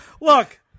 Look